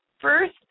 First